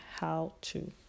How-To